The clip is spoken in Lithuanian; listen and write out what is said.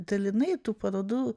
dalinai tų parodų